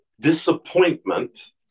disappointment